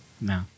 No